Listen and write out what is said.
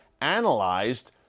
analyzed